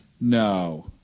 No